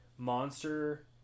monster